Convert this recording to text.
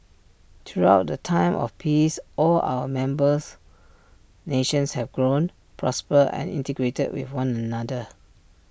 throughout the time of peace all our members nations have grown prospered and integrated with one another